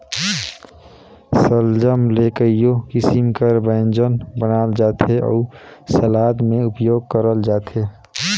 सलजम ले कइयो किसिम कर ब्यंजन बनाल जाथे अउ सलाद में उपियोग करल जाथे